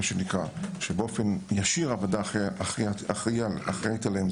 שבאופן ישיר הוועדה אחראית עליו,